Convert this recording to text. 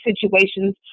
situations